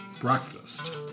breakfast